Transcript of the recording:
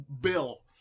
bill